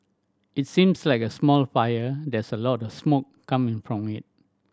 it seems like a small fire there's lot a smoke coming from it